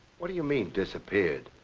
what do you mean disappeared?